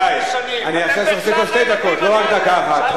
רבותי, אני אוסיף עוד שתי דקות לא רק עוד דקה אחת.